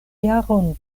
jaron